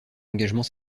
engagement